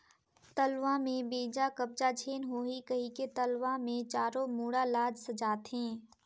तलवा में बेजा कब्जा झेन होहि कहिके तलवा मे चारों मुड़ा ल सजाथें